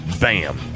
Bam